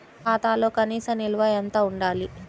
ఖాతాలో కనీస నిల్వ ఎంత ఉండాలి?